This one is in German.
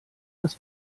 das